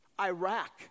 Iraq